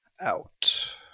out